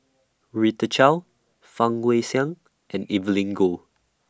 Rita Chao Fang Guixiang and Evelyn Goh